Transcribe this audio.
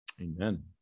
Amen